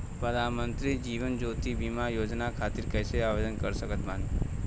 प्रधानमंत्री जीवन ज्योति बीमा योजना खातिर कैसे आवेदन कर सकत बानी?